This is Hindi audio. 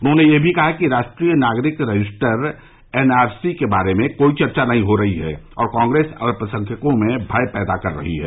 उन्होंने यह भी कहा कि राष्ट्रीय नागरिक रजिस्टर एनआरसी के बारे में कोई चर्चा नहीं हो रही है और कांग्रेस अल्पसंख्यकों में भय पैदा कर रही है